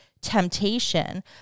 temptation